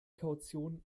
kaution